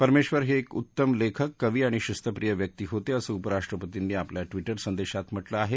परमेश्वर हे एक उत्तम लेखक कवी आणि शिस्तप्रिय व्यक्ती होते असं उपराष्ट्रपर्तीनी आपल्या ट्विटर संदेशात म्हटलं आहे